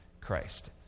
Christ